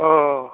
अ